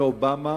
מאובמה